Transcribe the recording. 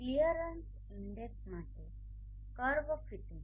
clearance index માટે curve fitting